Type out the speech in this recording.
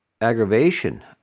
aggravation